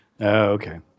okay